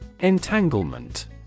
Entanglement